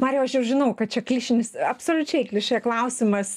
marijau aš jau žinau kad čia klišinis absoliučiai klišė klausimas